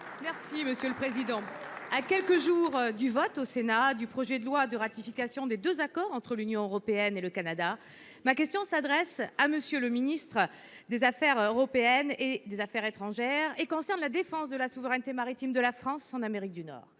Monsieur le ministre, à quelques jours du vote au Sénat du projet de loi autorisant la ratification de deux accords entre l’Union européenne et le Canada, ma question s’adresse à M. le ministre de l’Europe et des affaires étrangères et concerne la défense de la souveraineté maritime de la France en Amérique du Nord.